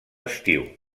estiu